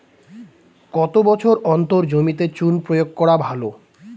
কত বছর অন্তর জমিতে চুন প্রয়োগ করা ভালো?